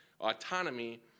autonomy